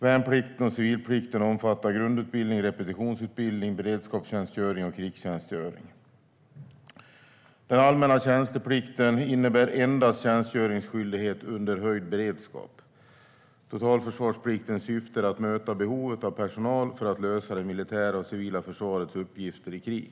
Värnplikten och civilplikten omfattar grundutbildning, repetitionsutbildning, beredskapstjänstgöring och krigstjänstgöring. Den allmänna tjänsteplikten innebär endast tjänstgöringsskyldighet under höjd beredskap. Totalförsvarspliktens syfte är att möta behovet av personal för att lösa det militära och civila försvarets uppgifter i krig.